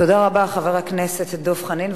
תודה רבה, חבר הכנסת דב חנין.